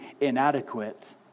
inadequate